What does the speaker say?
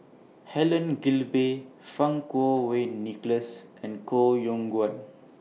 Helen Gilbey Fang Kuo Wei Nicholas and Koh Yong Guan